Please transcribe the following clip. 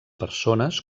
persones